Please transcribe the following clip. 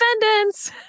defendants